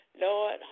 Lord